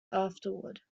afterward